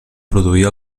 produir